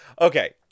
Okay